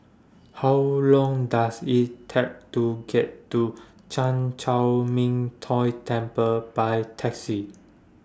How Long Does IT Take to get to Chan Chor Min Tong Temple By Taxi